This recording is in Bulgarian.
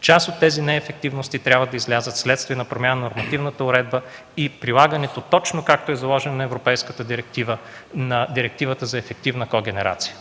Част от тези неефективности трябва да излязат вследствие на промяна на нормативната уредба и прилагането точно както е заложено в европейската директива – на Директивата за ефективна когенерация.